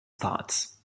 thoughts